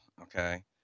Okay